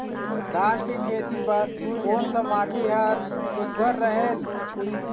धान के खेती बर कोन सा माटी हर सुघ्घर रहेल?